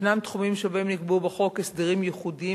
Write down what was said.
ישנם תחומים שבהם נקבעו בחוק הסדרים ייחודיים